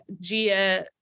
Gia